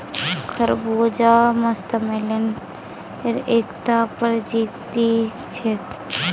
खरबूजा मस्कमेलनेर एकता प्रजाति छिके